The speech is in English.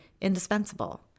indispensable